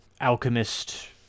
alchemist